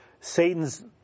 Satan's